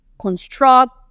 construct